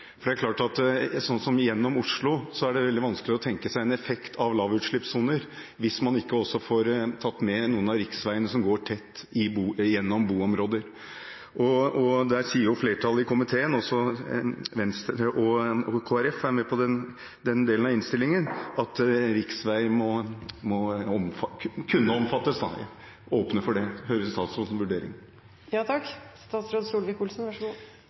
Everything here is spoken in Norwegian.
For det er klart at f.eks. gjennom Oslo er det veldig vanskelig å tenke seg en effekt av lavutslippssoner hvis man ikke også får tatt med noen av riksveiene som går tett gjennom boområder. Der sier flertallet i komiteen, også Venstre og Kristelig Folkeparti er med på den delen av innstillingen, at riksveier må kunne omfattes, at man åpner for det. Jeg vil gjerne høre statsrådens vurdering. Jeg synes ikke det er naturlig at jeg vurderer dem som